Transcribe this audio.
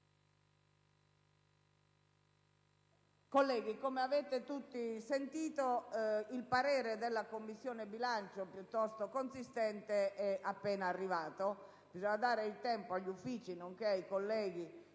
Colleghi, come avete tutti sentito, il parere della Commissione bilancio, piuttosto consistente, è appena arrivato. Bisogna dare il tempo agli Uffici, nonché ai colleghi,